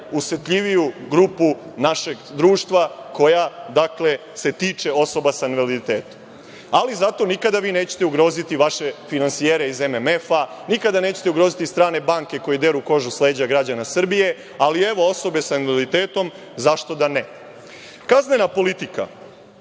najosetljiviju grupu našeg društva, koja se tiče osoba sa invaliditetom, ali, zato nikada vi nećete ugroziti vaše finansijere iz MMF, nikada nećete ugroziti strane banke, koje deru kožu s leđa građana Srbije, ali evo, osobe sa invaliditetom. Kaznena politika,